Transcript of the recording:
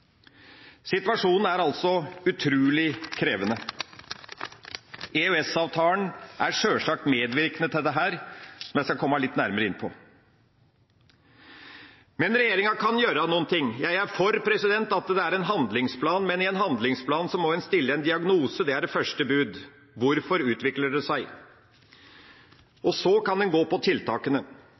Situasjonen er altså utrolig krevende. EØS-avtalen er sjølsagt medvirkende til dette, og det skal jeg komme litt nærmere inn på. Regjeringa kan gjøre noe. Jeg er for at det er en handlingsplan, men i en handlingsplan må en stille en diagnose, det er det første bud: Hvorfor utvikler det seg? Så kan en gå på tiltakene.